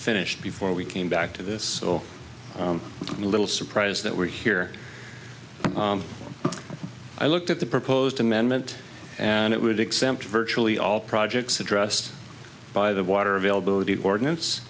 finished before we came back to this little surprise that we're here but i looked at the proposed amendment and it would exempt virtually all projects addressed by the water availability ordinance